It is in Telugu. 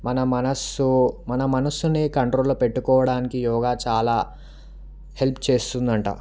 మన మనస్సు మన మనస్సుని కంట్రోల్లో పెట్టుకోవడానికి యోగా చాలా హెల్ప్ చేస్తుందట